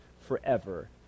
forever